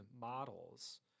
Models